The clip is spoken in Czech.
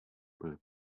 byly